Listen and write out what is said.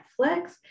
Netflix